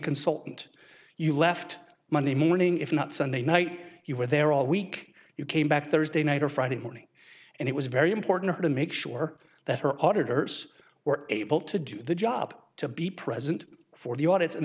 consultant you left monday morning if not sunday night you were there all week you came back thursday night or friday morning and it was very important to her to make sure that her auditor were able to do the job to be present for the audi